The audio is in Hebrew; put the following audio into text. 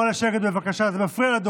ראשונה את הצעת חוק שירות ביטחון (תיקון מס'